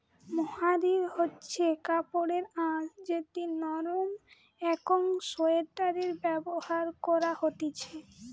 mohair হচ্ছে কাপড়ের আঁশ যেটি নরম একং সোয়াটারে ব্যবহার করা হতিছে